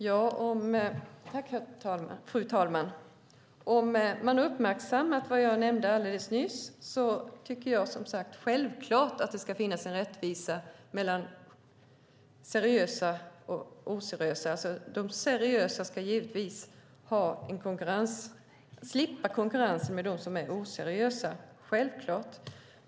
Fru talman! Om man har uppmärksammat vad jag nämnde alldeles nyss tycker jag självklart att det ska finnas en rättvisa. De seriösa företagen ska givetvis slippa konkurrera med oseriösa företag. Det är självklart.